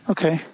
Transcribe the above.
Okay